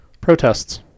protests